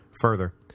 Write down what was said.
Further